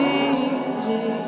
easy